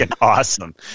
awesome